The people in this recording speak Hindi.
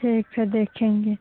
ठीक है देखेंगे